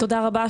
תודה רבה.